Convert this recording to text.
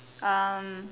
um